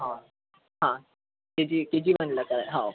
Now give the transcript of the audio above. हा हा K G K G वनला सर हो